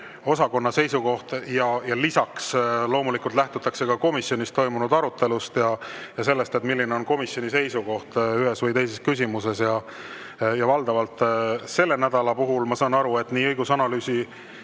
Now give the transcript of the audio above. analüüsiosakonna seisukoht, ja lisaks loomulikult lähtutakse komisjonis toimunud arutelust ja sellest, milline on komisjoni seisukoht ühes või teises küsimuses. Valdavalt selle nädala puhul, ma saan aru, on nii õigus‑